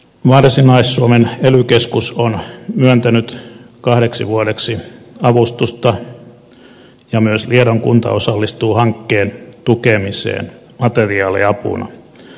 varsinais suomen ely keskus on myöntänyt kahdeksi vuodeksi avustusta ja myös liedon kunta osallistuu hankkeen tukemiseen materiaaliapuna